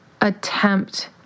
attempt